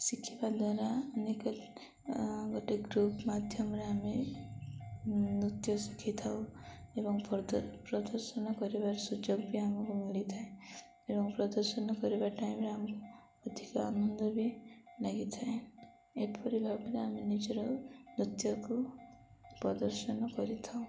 ଶିଖିବା ଦ୍ୱାରା ଅନେକ ଗୋଟେ ଗ୍ରୁପ୍ ମାଧ୍ୟମରେ ଆମେ ନୃତ୍ୟ ଶିଖିଥାଉ ଏବଂ ପ୍ରଦର୍ଶନ କରିବାର ସୁଯୋଗ ବି ଆମକୁ ମିଳିଥାଏ ଏବଂ ପ୍ରଦର୍ଶନ କରିବା ଟାଇମରେ ଆମକୁ ଅଧିକ ଆନନ୍ଦ ବି ଲାଗିଥାଏ ଏପରି ଭାବରେ ଆମେ ନିଜର ନୃତ୍ୟକୁ ପ୍ରଦର୍ଶନ କରିଥାଉ